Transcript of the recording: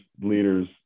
leaders